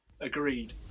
agreed